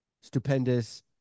stupendous